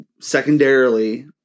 Secondarily